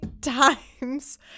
times